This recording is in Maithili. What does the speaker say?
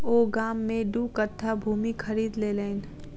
ओ गाम में दू कट्ठा भूमि खरीद लेलैन